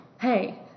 hey